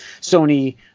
Sony